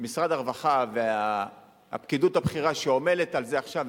משרד הרווחה והפקידות הבכירה שעומלת על זה עכשיו,